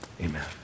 amen